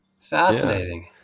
Fascinating